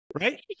Right